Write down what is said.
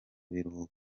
biruhuko